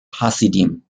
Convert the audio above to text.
hasidim